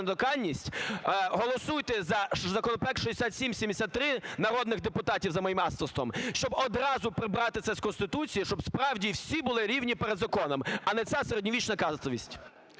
голосуйте за законопроект 6773 народних депутатів за моїм авторством, щоб одразу прибрати це з Конституції, щоб справді всі були рівні перед законом, а не ця середньовічна кастовість.